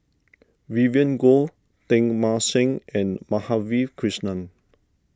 Vivien Goh Teng Mah Seng and Madhavi Krishnan